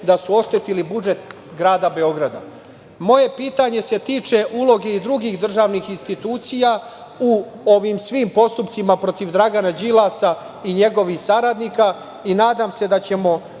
da su oštetili budžet grada Beograda. Moje pitanje se tiče uloge drugih državnih institucija u ovim svim postupcima protiv Dragana Đilasa i njegovih saradnika. Nadam se da ćemo